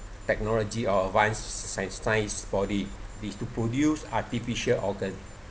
technology or advanced science science for the it's to produce artificial organ